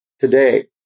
today